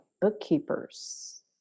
bookkeepers